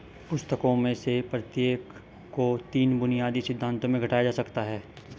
पुस्तकों में से प्रत्येक को तीन बुनियादी सिद्धांतों में घटाया जा सकता है